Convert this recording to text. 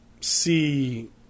see